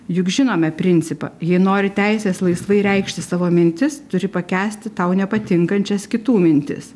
juk žinome principą jei nori teisės laisvai reikšti savo mintis turi pakęsti tau nepatinkančias kitų mintis